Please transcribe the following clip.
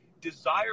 desire